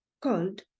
called